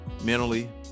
mentally